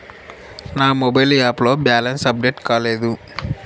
నా mobile app లో balance update కాలేదు